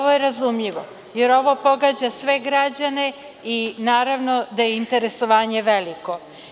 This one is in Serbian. To je razumljivo, jer ovo pogađa sve građane i naravno da je interesovanje veliko.